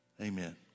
Amen